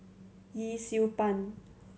Yee Siew Pun